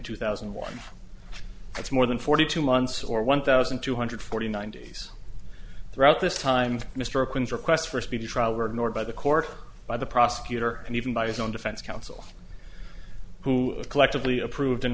two thousand and one that's more than forty two months or one thousand two hundred forty nine days throughout this time mr quinn's requests for speedy trial were ignored by the court by the prosecutor and even by his own defense counsel who collectively approved and